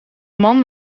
man